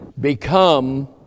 become